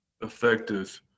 effective